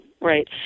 Right